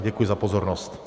Děkuji za pozornost.